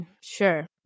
Sure